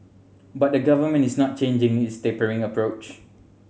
but the Government is not changing its tapering approach